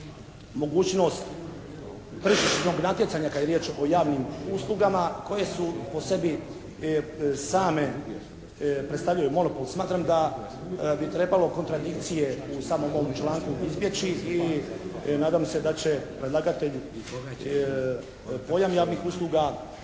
mogućnost tržišnog natjecanja kad je riječ o javnim uslugama koje su po sebi same predstavljaju monopol. Smatram da bi trebalo kontradikcije u samom ovom članku izbjeći i nadam se da će predlagatelj pojam javnih usluga